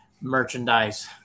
merchandise